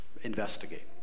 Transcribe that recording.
investigate